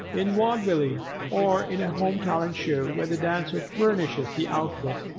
in vaudeville, or in a home-talent show, where the dancer furnishes the outfit,